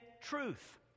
truth